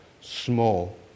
small